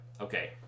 okay